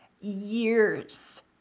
years